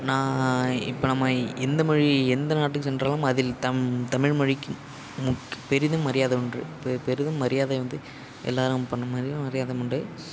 நான் இப்போ நம்ம இந்த மொழி எந்த நாட்டுக்கு சென்றாலும் அதில் தம் தமிழ் மொழிக்கு முக்கிய பெரிதும் மரியாதை உண்டு பெ பெரிதும் மரியாதை வந்து எல்லோரும் பண்ண மாதிரியும் மரியாதை உண்டு